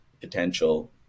potential